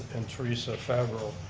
and theresa faveral.